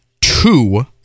two